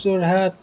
Jorhat